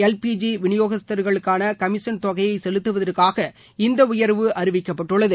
L P G விநியோகஸ்தர்களுக்கான commission தொகையை செலுத்துவதற்காக இந்த உயர்வு அறிவிக்கப்பட்டுள்ளது